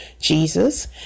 Jesus